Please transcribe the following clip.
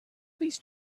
please